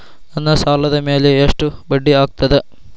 ನನ್ನ ಸಾಲದ್ ಮ್ಯಾಲೆ ಎಷ್ಟ ಬಡ್ಡಿ ಆಗ್ತದ?